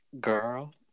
girl